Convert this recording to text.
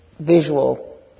visual